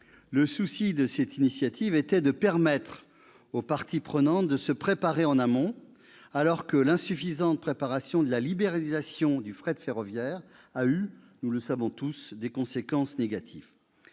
À l'origine, cette initiative visait à permettre aux parties prenantes de se préparer en amont, alors que l'insuffisante préparation de la libéralisation du fret ferroviaire a eu, nous le savons tous, des conséquences négatives.